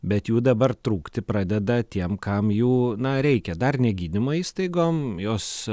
bet jų dabar trūkti pradeda tiem kam jų na reikia dar negydymo įstaigom jos